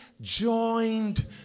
joined